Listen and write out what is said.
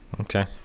Okay